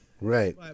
right